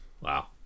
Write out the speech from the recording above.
Wow